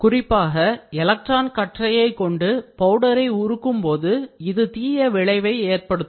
குறிப்பாக எலக்ட்ரான் கற்றையை கொண்டு பவுடரை உருக்கும் போது இது தீய விளைவை ஏற்படுத்தும்